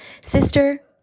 Sister